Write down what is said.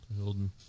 Hilden